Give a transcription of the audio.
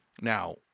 Now